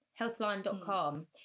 Healthline.com